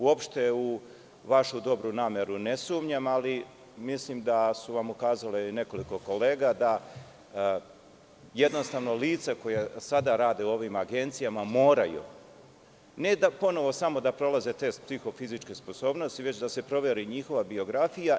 Uopšte u vašu dobru nameru ne sumnjam, ali mislim da vam je ukazalo nekoliko kolega da jednostavno lica koja sada rade u ovim agencijama moraju ne samo da ponovo prolaze test psihofizičke sposobnosti, već da se proveri njihova biografija.